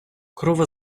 корова